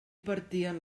partien